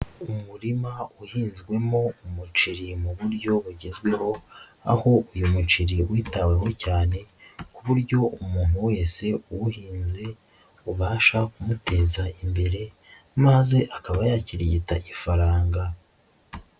Umurima uhinzwemo umuceri mu buryo bugezweho, aho uyu muceri witaweho cyane ku buryo umuntu wese uwuhinze ubasha kumuteza imbere maze akaba yakirigita ifaranga.